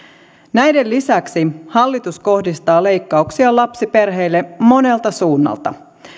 näiden lisäksi hallitus kohdistaa leikkauksia lapsiperheille monelta suunnalta